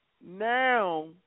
Now